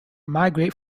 migrate